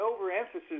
overemphasis